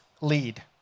lead